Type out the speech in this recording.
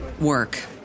work